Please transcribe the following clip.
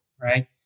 right